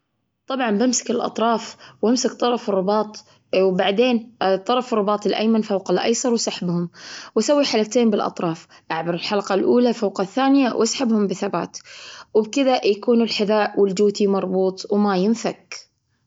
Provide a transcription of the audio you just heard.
طبعا، بمسك الأطراف وأمسك طرف الرباط، Dry Wheel وبعدين طرف الرباط الأيمن فوق الأيسر وسحبهم. وأسوي حلقتين بالأطراف. أعبر الحلقة الأولى فوق الثانية وأسحبهم بثبات. وبكذا يكون الحذاء والجوتي مربوط وما ينفك.